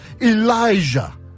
Elijah